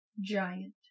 Giant